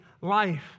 life